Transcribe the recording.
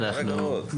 כל הכבוד.